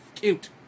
cute